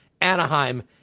Anaheim